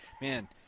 Man